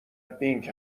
بینگ